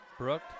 Brooke